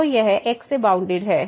तो यह 1 से बाउंडेड है